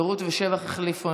ורות ושבח החליפו,